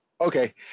Okay